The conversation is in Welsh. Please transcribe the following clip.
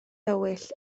dywyll